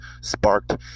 sparked